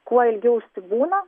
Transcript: kuo ilgiau užsibūna